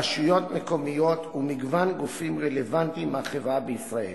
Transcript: רשויות מקומיות ומגוון גופים רלוונטיים מהחברה בישראל.